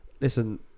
listen